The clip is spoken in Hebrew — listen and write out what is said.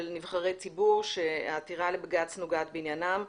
נבחרי הציבור שהעתירה לבג"ץ נוגעת בעניינם,